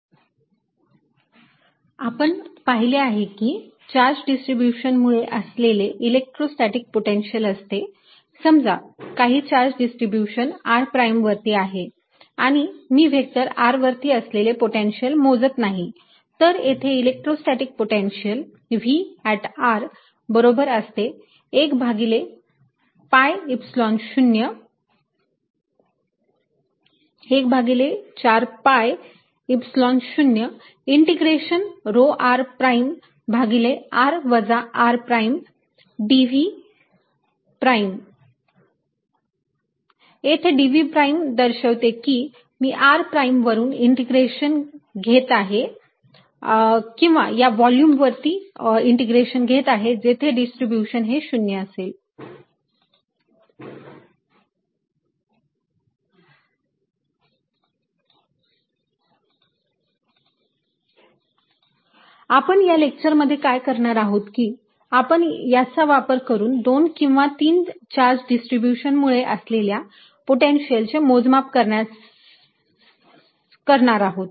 electrostatic potential due to a charge distribution I a line charge of finite length आपण पाहिले आहे की charge distribution मुळे असलेले इलेक्ट्रोस्टॅटीक पोटेन्शिअल असते समजा काही चार्ज डिस्ट्रीब्यूशन r प्राईम वरती आहे आणि मी व्हेक्टर r वरती असलेले पोटेन्शियल मोजत आहे तर येथे इलेक्ट्रोस्टॅटीक पोटेन्शियल V बरोबर असते 1 भागिले 4 pi Epsilon 0 integration rho r prime भागिले r वजा r प्राईम dv प्राईम राहील येथे dv प्राईम दर्शवते की मी r प्राईम वरून इंटिग्रेशन घेत आहे किंवा या व्हॉल्युम वरती इंटिग्रेशन घेत आहे जेथे डिस्ट्रीब्यूशन हे 0 नसेल आपण या लेक्चरमध्ये काय करणार आहोत की आपण याचा वापर दोन किंवा तीन चार्ज डिस्ट्रीब्यूशन मुळे असलेल्या पोटेन्शियलचे मोजमाप करण्यासाठी करणार आहोत